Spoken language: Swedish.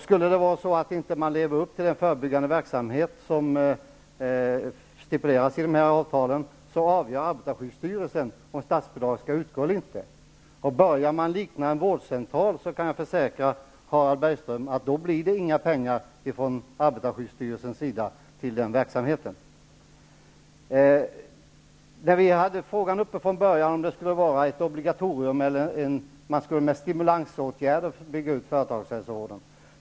Skulle det vara så att man inte utför den förebyggande verksamhet som stipuleras i avtalen, avgör arbetarskyddsstyrelsen om statsbidrag skall utgå eller inte. Börjar företagshälsovården likna en vårdcentral, kan jag försäkra Harald Bergström att då blir det inga pengar från arbetarskyddsstyrelsen till den verksamheten. Vi hade från början frågan uppe om det skulle vara ett obligatorium eller om man skulle bygga upp företagshälsovården med hjälp av stimulansåtgärder.